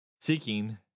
seeking